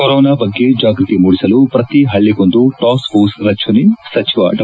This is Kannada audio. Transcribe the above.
ಕೊರೊನಾ ಬಗ್ಗೆ ಜಾಗ್ವತಿ ಮೂಡಿಸಲು ಪ್ರತಿ ಹಳ್ಳಿಗೊಂದು ಟಾಸ್ಕ್ ಫೋರ್ಸ್ ರಚನೆ ಸಚಿವ ಡಾ